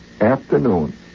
afternoon